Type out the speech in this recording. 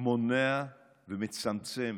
מונע ומצמצם